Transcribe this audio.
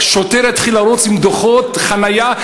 שוטר יתחיל לרוץ עם דוחות חניה?